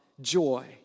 joy